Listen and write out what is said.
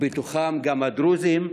ובתוכם גם הדרוזים,